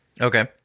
Okay